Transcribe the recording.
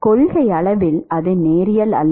கொள்கையளவில் அது நேரியல் அல்ல